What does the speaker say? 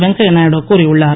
வெங்கையா நாயுடு கூறியுள்ளார்